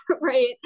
right